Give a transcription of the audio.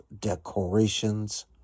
decorations